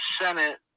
Senate